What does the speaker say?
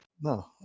No